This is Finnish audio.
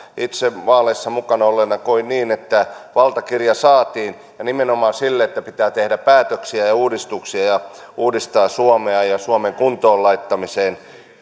itse vaaleissa mukana olleena koin niin että valtakirja saatiin ja nimenomaan sille että pitää tehdä päätöksiä ja ja uudistuksia ja uudistaa suomea ja suomen kuntoon laittamiseen